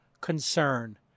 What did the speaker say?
concern